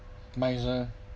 miser